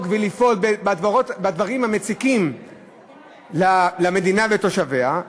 ולפעול בדברים המציקים למדינה ולתושביה,